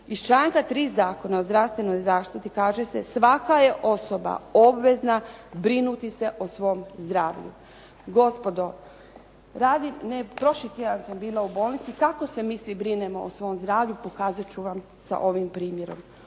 članka 3. Zakona o zdravstvenoj zaštiti kaže se svaka je osoba obvezna brinuti se o svom zdravlju. Gospodo, radim, ne prošli tjedan sam bila u bolnici. Kako se mi svi brinemo o svom zdravlju pokazat ću vam sa ovim primjerom.